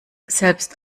selbst